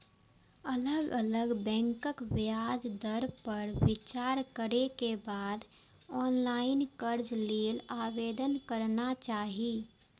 अलग अलग बैंकक ब्याज दर पर विचार करै के बाद ऑनलाइन कर्ज लेल आवेदन करना चाही